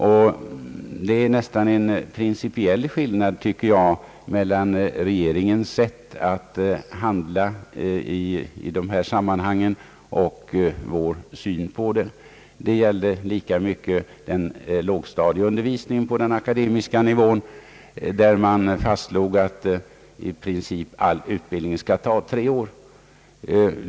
Det råder, tycker jag, nästan en principiell skillnad mellan regeringens sätt att handla i dessa sammanhang och vår syn på frågan. Det gäller i lika hög grad lågstadieundervisningen på den akademiska nivån, beträffande vilken i princip fastslagits att utbildningen skall ta tre år.